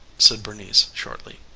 said bernice shortly.